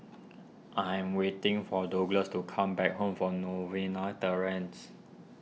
I am waiting for Douglas to come back home from Novena Terrace